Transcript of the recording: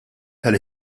tal